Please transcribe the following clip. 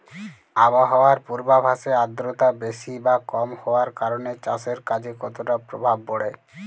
আবহাওয়ার পূর্বাভাসে আর্দ্রতা বেশি বা কম হওয়ার কারণে চাষের কাজে কতটা প্রভাব পড়ে?